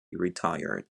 retired